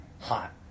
hot